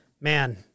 man